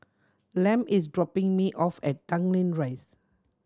Lem is dropping me off at Tanglin Rise